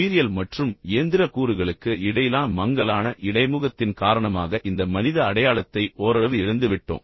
உயிரியல் மற்றும் இயந்திர கூறுகளுக்கு இடையிலான மங்கலான இடைமுகத்தின் காரணமாக இந்த மனித அடையாளத்தை ஓரளவு இழந்துவிட்டோம்